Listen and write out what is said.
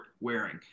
wearing